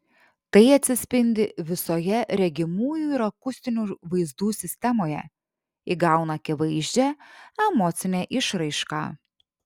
tai atsispindi visoje regimųjų ir akustinių vaizdų sistemoje įgauna akivaizdžią emocinę išraišką